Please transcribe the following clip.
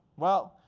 well,